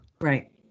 right